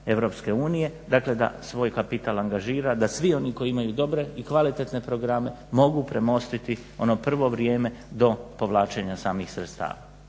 sredstava EU dakle da svoj kapital angažira da svi oni koji imaju dobre i kvalitetne programe mogu premostiti ono prvo vrijeme do povlačenja samih sredstava.